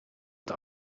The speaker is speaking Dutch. het